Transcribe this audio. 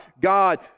God